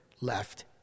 left